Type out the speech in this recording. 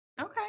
Okay